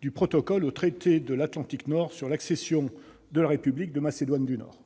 du protocole au traité de l'Atlantique Nord sur l'accession de la République de Macédoine du Nord.